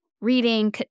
reading